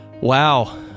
Wow